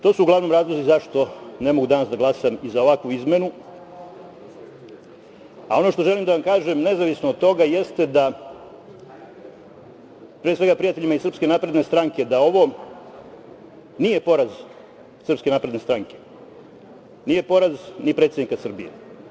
To su uglavnom razlozi zašto ne mogu danas da glasam i za ovakvu izmenu, a ono što želim da vam kažem nezavisno od toga jeste da, pre svega prijateljima iz SNS, ovo nije poraz SNS, nije poraz ni predsednika Srbije.